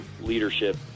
leadership